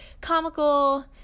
comical